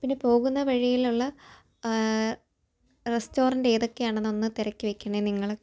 പിന്നെ പോകുന്ന വഴിയിലുള്ള റെസ്റ്റോറൻറ്റ് ഏതൊക്കെയാണെന്ന് ഒന്ന് തിരക്കി വയ്ക്കണം നിങ്ങൾ